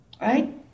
Right